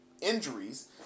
injuries